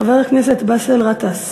חבר הכנסת באסל גטאס,